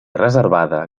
reservada